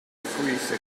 freezer